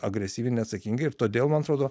agresyviai neatsakingai ir todėl man atrodo